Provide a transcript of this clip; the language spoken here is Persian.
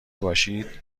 باشید